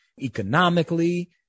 economically